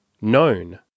known